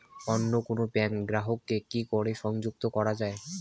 অন্য কোনো ব্যাংক গ্রাহক কে কি করে সংযুক্ত করা য়ায়?